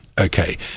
okay